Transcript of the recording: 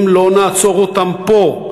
אם לא נעצור אותם פה,